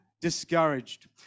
discouraged